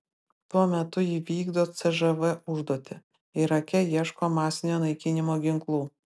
tuo metu ji vykdo cžv užduotį irake ieško masinio naikinimo ginklų